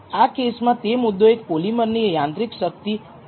આ કેસમાં તે મુદ્દો એક પોલીમર ની યાંત્રિક શક્તિ છે